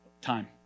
time